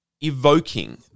evoking